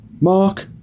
Mark